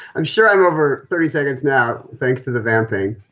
i'm sure i'm over thirty seconds now, thanks to the vamping.